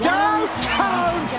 Downtown